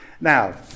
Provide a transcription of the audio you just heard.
Now